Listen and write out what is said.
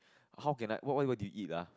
how can I what what do you eat ah